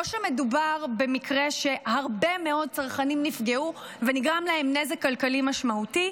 או שמדובר במקרה שהרבה מאוד צרכנים נפגעו ונגרם להם נזק כלכלי משמעותי,